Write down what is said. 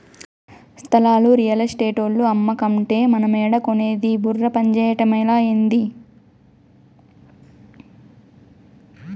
స్థలాలు రియల్ ఎస్టేటోల్లు అమ్మకంటే మనమేడ కొనేది బుర్ర పంజేయటమలా, ఏంది